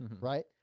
right